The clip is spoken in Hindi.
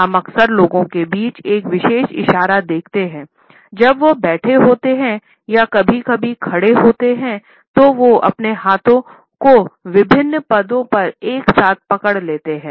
हम अक्सर लोगों के बीच एक विशेष इशारा देखते हैं जब वे बैठे होते हैं या कभी कभी खड़े होते हैं तो वो अपने हाथों को विभिन्न पदों पर एक साथ पकड़े होते हैं